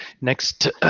next